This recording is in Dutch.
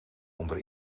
onder